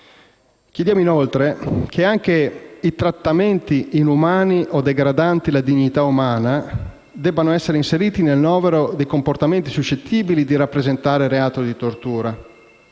Chiediamo inoltre che anche i trattamenti inumani o degradanti la dignità umana debbano essere inseriti nel novero dei comportamenti suscettibili di rappresentare reato di tortura.